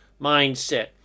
mindset